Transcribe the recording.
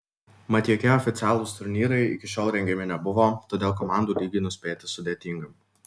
mat jokie oficialūs turnyrai iki šiol rengiami nebuvo todėl komandų lygį nuspėti sudėtinga